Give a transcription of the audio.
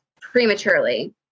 prematurely